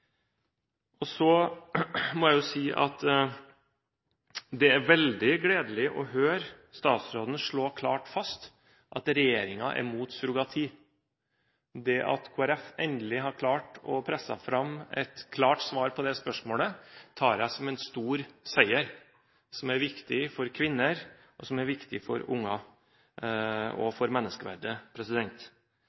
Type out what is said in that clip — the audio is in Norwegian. Så må jeg si at det er veldig gledelig å høre statsråden slå klart fast at regjeringen er imot surrogati. Det at Kristelig Folkeparti endelig har klart å presse fram et klart svar på det spørsmålet, tar jeg som en stor seier, som er viktig for kvinner, som er viktig unger og for